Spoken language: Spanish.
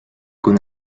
con